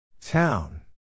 Town